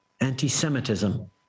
anti-Semitism